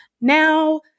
Now